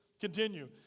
Continue